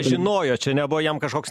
žinojo čia nebuvo jam kažkoks